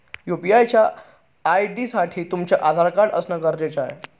UPI च्या ID साठी तुमचं आधार कार्ड असण गरजेच आहे